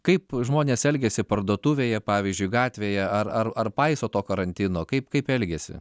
kaip žmonės elgiasi parduotuvėje pavyzdžiui gatvėje ar ar ar paiso to karantino kaip kaip elgiasi